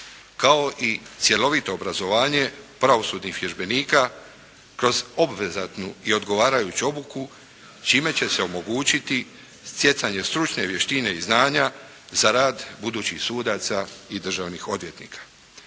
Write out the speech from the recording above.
kao i cjelovito obrazovanje pravosudnih vježbenika kroz obvezatnu i odgovarajuću obuku čime će se omogućiti stjecanje stručne vještine i znanja za rad budućih sudaca i državnih odvjetnika.